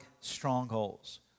strongholds